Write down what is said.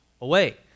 away